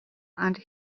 and